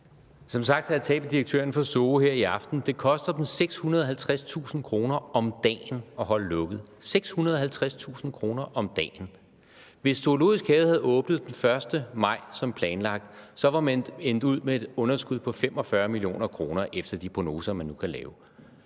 Zoologisk Have i København her i aften: Det koster dem 650.000 kr. om dagen at holde lukket – 650.000 kr. om dagen! Hvis Zoologisk Have havde åbnet den 1. maj som planlagt, var man endt med et underskud på 45 mio. kr. efter de prognoser, man nu kan lave.